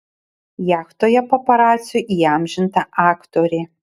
jachtoje paparacių įamžinta aktorė